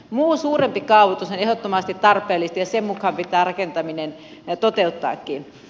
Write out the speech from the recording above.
muu suurempi kaavoitus on ehdottomasti tarpeellista ja sen mukaan pitää rakentaminen toteuttaakin